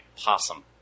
Possum